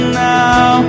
now